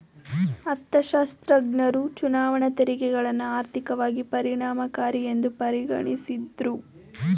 ಅರ್ಥಶಾಸ್ತ್ರಜ್ಞರು ಚುನಾವಣಾ ತೆರಿಗೆಗಳನ್ನ ಆರ್ಥಿಕವಾಗಿ ಪರಿಣಾಮಕಾರಿಯೆಂದು ಪರಿಗಣಿಸಿದ್ದ್ರು